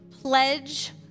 pledge